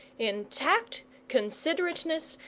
in tact, considerateness,